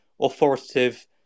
authoritative